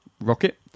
Rocket